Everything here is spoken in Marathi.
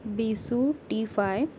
बिसू टी फाय